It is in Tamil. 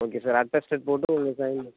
ஓகே சார் அட்டெஸ்டட் போட்டு உங்கள் சைன்